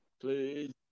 Please